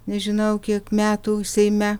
nežinau kiek metų seime